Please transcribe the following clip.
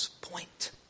point